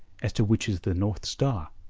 as to which is the north star.